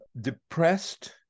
depressed